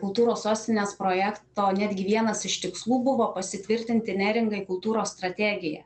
kultūros sostinės projekto netgi vienas iš tikslų buvo pasitvirtinti neringai kultūros strategiją